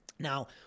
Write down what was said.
Now